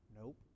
Nope